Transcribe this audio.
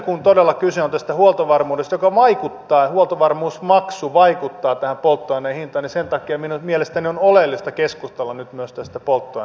kun todella kyse on tästä huoltovarmuusmaksusta joka vaikuttaa tähän polttoaineen hintaan niin sen takia mielestäni on oleellista keskustella nyt myös tästä polttoaineen hinnasta